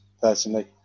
personally